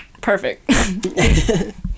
perfect